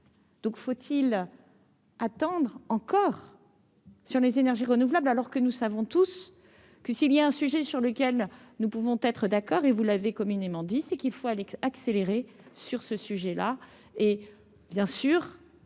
donc faut-il attendre encore sur les énergies renouvelables, alors que nous savons tous que s'il y a un sujet sur lequel nous pouvons être d'accord et vous l'avez communément dit c'est qu'il faut accélérer sur ce sujet-là et, bien sûr,